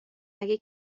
مگه